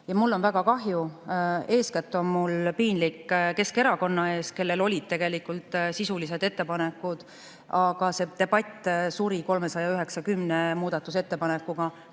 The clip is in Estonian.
Mul on väga kahju ja eeskätt on mul piinlik Keskerakonna ees, kellel olid tegelikult sisulised ettepanekud, aga see debatt suri 390 muudatusettepanekuga,